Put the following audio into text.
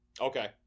Okay